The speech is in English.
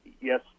yes